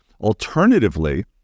Alternatively